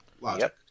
Logic